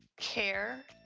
care.